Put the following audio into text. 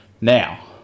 Now